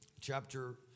Chapter